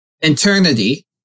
Eternity